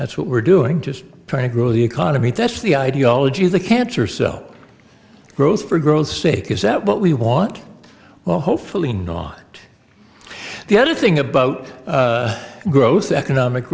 that's what we're doing just trying to grow the economy that's the ideology of the cancer so growth for growth sake is that what we want well hopefully not the other thing about growth economic